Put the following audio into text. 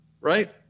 Right